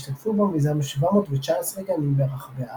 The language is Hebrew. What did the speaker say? השתתפו במיזם 719 גנים ברחבי הארץ,